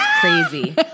crazy